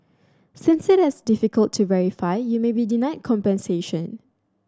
since it has difficult to verify you may be denied compensation